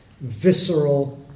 visceral